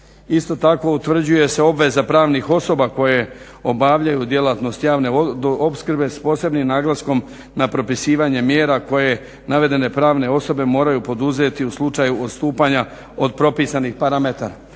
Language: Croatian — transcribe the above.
Isto tako utvrđuje se obveza pravnih osoba koje obavljaju djelatnost javne opskrbe s posebnim naglaskom na propisivanje mjera koje navedene pravne osobe moraju poduzeti u slučaju odstupanja od propisanih parametara.